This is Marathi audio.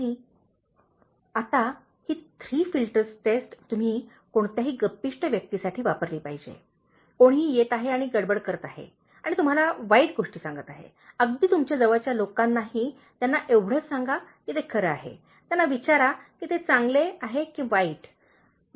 " आता ही थ्री फिल्टर्स टेस्ट तुम्ही कोणत्याही गप्पिष्ट व्यक्तीसाठी वापरली पाहिजे कोणीही येत आहे आणि गडबड करीत आहे आणि तुम्हाला वाईट गोष्टी सांगत आहे अगदी तुमच्या जवळच्या लोकांनाही त्यांना एवढेच सांगा की ते खरे आहे त्याना विचारा की ते चांगले आहे की वाईट आहे